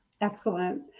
excellent